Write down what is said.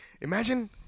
Imagine